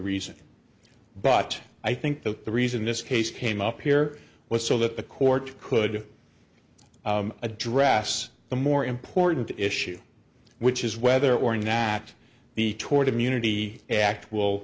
reason but i think that the reason this case came up here was so that the court could address the more important issue which is whether or not the toward immunity act will